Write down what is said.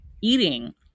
eating